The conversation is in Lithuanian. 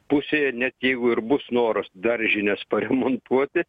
pusėje net jeigu ir bus noras daržines paremontuoti